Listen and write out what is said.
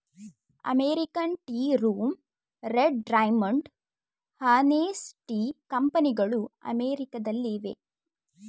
American tea room, red Raymond, Hanes tea ಕಂಪನಿಗಳು ಅಮೆರಿಕದಲ್ಲಿವೆ